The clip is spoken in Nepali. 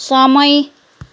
समय